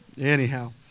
Anyhow